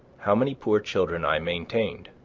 how many poor children i maintained.